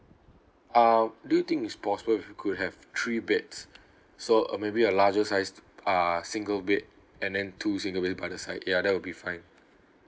um do you think it's possible if we could have three beds so a maybe a larger sized uh single bed and then two single bed by the side ya that will be fine